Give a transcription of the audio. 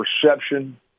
perception